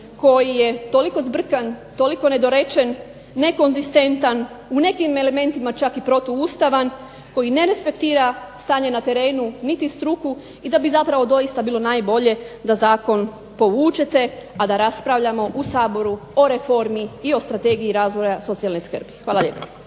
koji je toliko zbrkan, toliko nedorečen, nekonzistentan, u nekim elementima čak i protu ustavan koji ne respektira stanje na terenu niti struku i da bi zapravo doista bilo najbolje da zakon povučete a da raspravljamo u Saboru o reformi i o strategiji razvoja socijalne skrbi. Hvala lijepa.